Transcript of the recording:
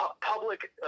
public